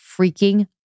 freaking